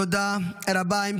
תודה רבה.